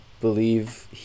believe –